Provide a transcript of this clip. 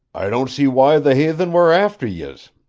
i don't see why the haythen were after yez.